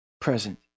present